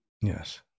Yes